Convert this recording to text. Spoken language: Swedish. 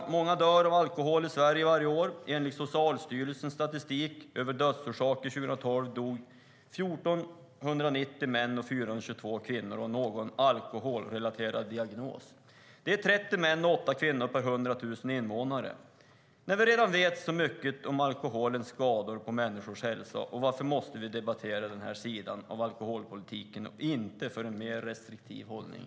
Varje år dör många av alkohol i Sverige. Enligt Socialstyrelsens statistik över dödsorsakerna 2012 dog 1 490 män och 422 kvinnor av någon alkoholrelaterad diagnos. Det är 30 män och 8 kvinnor per 100 000 invånare. När vi redan vet så mycket om alkoholens skador på människors hälsa, varför måste vi då debattera den sidan av alkoholpolitiken och inte frågan om en mer restriktiv hållning?